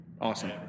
Awesome